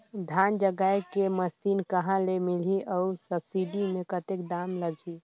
धान जगाय के मशीन कहा ले मिलही अउ सब्सिडी मे कतेक दाम लगही?